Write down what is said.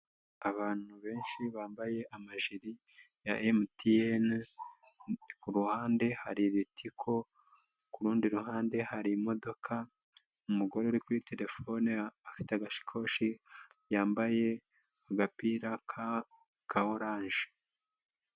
Abantu benshi bambaye amajiri ya MTN, ku ruhande hari ritiko, ku rundi ruhande hari imodoka, umugore uri kuri terefone afite agashakoshi yambaye agapira ka ka oranje.